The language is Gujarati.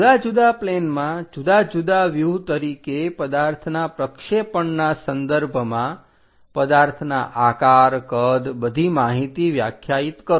જુદા જુદા પ્લેનમાં જુદા જુદા વ્યુહ તરીકે પદાર્થના પ્રક્ષેપણના સંદર્ભમાં પદાર્થના આકાર કદ બધી માહિતી વ્યાખ્યાયિત કરો